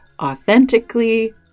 authentically